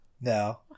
No